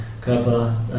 Körper